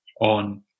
on